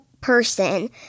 person